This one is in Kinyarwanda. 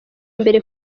mbere